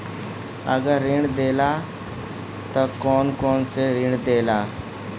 अगर ऋण देला त कौन कौन से ऋण देला?